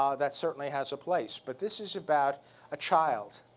um that certainly has a place. but this is about a child.